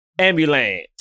Ambulance